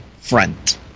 front